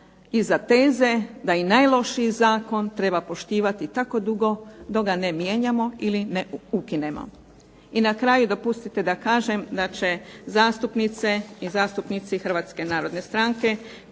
iza teze da i najlošiji zakon treba poštivati tako dugo dok ga ne mijenjamo ili ne ukinemo. I na kraju, dopustite da kažem, da će zastupnice i zastupnici HNS-a prihvatiti